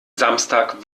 samstag